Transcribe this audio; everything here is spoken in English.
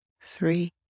Three